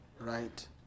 right